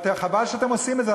חבל שאתם עושים את זה.